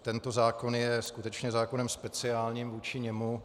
Tento zákon je skutečně zákonem speciálním vůči němu.